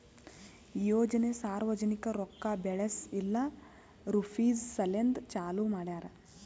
ಯೋಜನೆ ಸಾರ್ವಜನಿಕ ರೊಕ್ಕಾ ಬೆಳೆಸ್ ಇಲ್ಲಾ ರುಪೀಜ್ ಸಲೆಂದ್ ಚಾಲೂ ಮಾಡ್ಯಾರ್